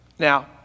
Now